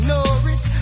Norris